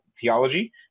theology